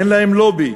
אין להם לובי,